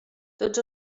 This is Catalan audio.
tots